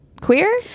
queer